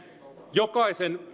jokaisen